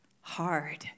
hard